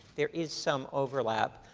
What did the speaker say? there is some overlap.